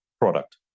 product